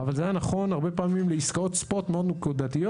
אבל זה היה נכון הרבה פעמים לעסקאות ספוט מאוד נקודתיות